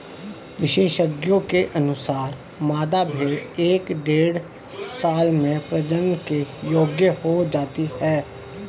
विशेषज्ञों के अनुसार, मादा भेंड़ एक से डेढ़ साल में प्रजनन के योग्य हो जाती है